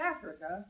Africa